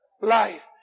life